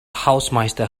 hausmeister